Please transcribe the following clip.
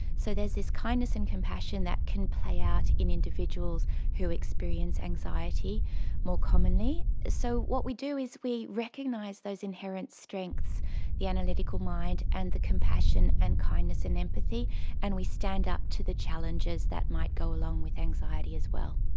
so there's this kindness and compassion that can play out in individuals who experience anxiety more commonly. so what we do is we recognise those inherent strengths the analytical mind and the compassion and kindness and empathy and we stand up to the challenges that might go along with anxiety as well.